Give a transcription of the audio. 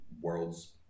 world's